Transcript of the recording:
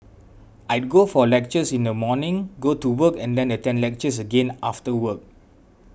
I'd go for lectures in the morning go to work and then attend lectures again after work